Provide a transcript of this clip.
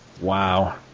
Wow